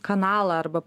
kanalą arba